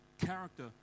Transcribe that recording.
character